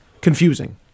confusing